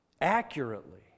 accurately